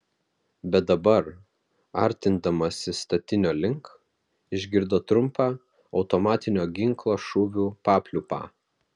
bet dabar artindamasi statinio link išgirdo trumpą automatinio ginklo šūvių papliūpą